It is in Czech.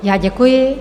Já děkuji.